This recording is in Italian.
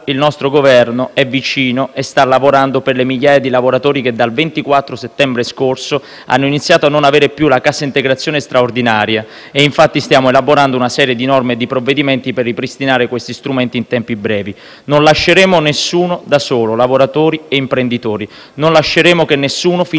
il nostro Governo è vicino e sta lavorando per le migliaia di lavoratori che dal 24 settembre scorso hanno iniziato a non avere più la cassa integrazione straordinaria. Infatti, stiamo elaborando una serie di norme e di provvedimenti per ripristinare questi strumenti in tempi brevi. Non lasceremo nessuno da solo, lavoratori e imprenditori. Non lasceremo che nessuno finisca